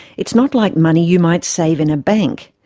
it's not like money you might save in a bank.